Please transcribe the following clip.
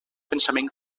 pensament